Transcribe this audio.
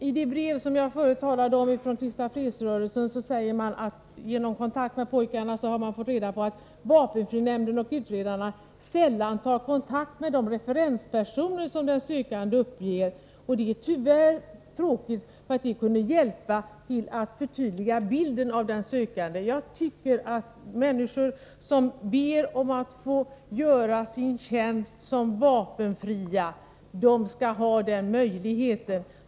I det brev från Kristna fredsrörelsen som jag förut talade om säger man att man genom kontakt med pojkarna har fått reda på att vapenfrinämnden och utredarna sällan tar kontakt med de referenspersoner som den sökande uppger, och det är tyvärr tråkigt. Det kunde hjälpa till att förtydliga bilden av den sökande. Jag tycker att människor som ber att få göra vapenfri tjänst skall ha den möjligheten.